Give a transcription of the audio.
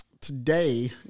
today